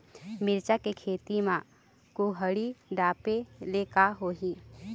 मिरचा के खेती म कुहड़ी ढापे ले का होही?